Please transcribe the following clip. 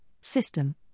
system